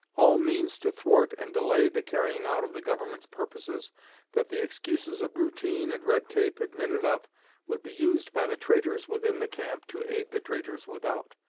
all means to thwart and delay the carrying out of the government's purposes that the excuses of routine and red tape admitted of would be used by the traitors within the camp to aid the traitors without.